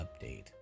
update